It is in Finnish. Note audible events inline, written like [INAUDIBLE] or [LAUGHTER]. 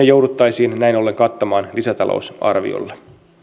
[UNINTELLIGIBLE] jouduttaisiin näin ollen kattamaan lisätalousarviolla